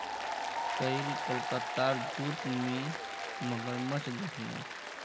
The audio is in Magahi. कईल कोलकातार जूत मुई मगरमच्छ दखनू